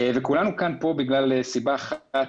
כולנו כאן בגלל סיבה אחת.